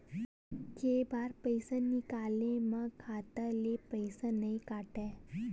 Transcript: के बार पईसा निकले मा खाता ले पईसा नई काटे?